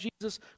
jesus